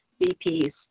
BPs